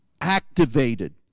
activated